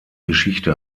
geschichte